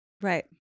Right